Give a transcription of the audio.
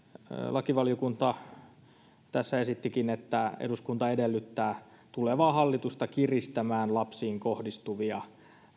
lakivaliokunta tässä esittikin että eduskunta edellyttää tulevaa hallitusta kiristämään lapsiin kohdistuvien